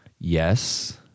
Yes